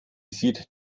sieht